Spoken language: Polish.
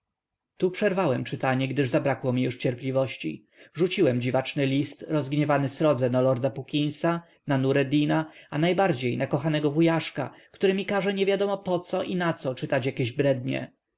tu przerwałem czytanie gdyż zabrakło mi już cierpliwości rzuciłem dziwaczny list rozgniewany srodze na lorda puckinsa na nureddina a najbardziej na kochanego wujaszka który mi każe niewiadomo po co i na co czytać jakieś brednie